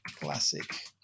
Classic